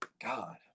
God